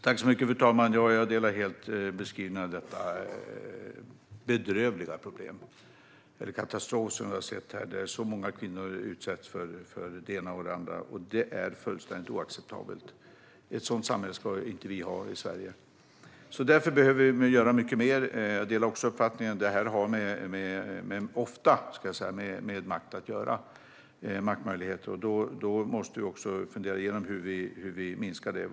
Fru talman! Jag delar helt beskrivningen av detta bedrövliga problem. Det vi har sett är en katastrof, där så många kvinnor utsätts för det ena och det andra. Detta är fullständigt oacceptabelt. Ett sådant samhälle ska vi i Sverige inte ha. Därför behöver vi göra mycket mer. Jag delar också uppfattningen att detta ofta har med makt och maktmöjligheter att göra. Vi måste fundera igenom hur vi minskar det här.